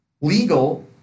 legal